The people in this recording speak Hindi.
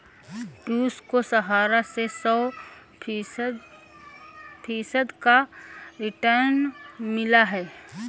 पियूष को सहारा से सौ फीसद का रिटर्न मिला है